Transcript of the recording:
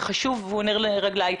הוא חשוב והוא נר לרגליי.